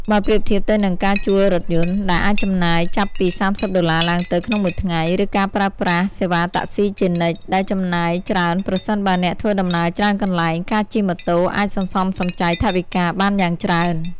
បើប្រៀបធៀបទៅនឹងការជួលរថយន្ត ដែលអាចចំណាយចាប់ពី ៣០ ដុល្លារឡើងទៅក្នុងមួយថ្ងៃ ឬការប្រើប្រាស់សេវាតាក់ស៊ីជានិច្ច ដែលចំណាយច្រើនប្រសិនបើអ្នកធ្វើដំណើរច្រើនកន្លែង ការជិះម៉ូតូអាច សន្សំសំចៃថវិកាបានយ៉ាងច្រើន។